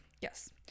Yes